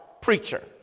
preacher